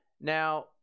Now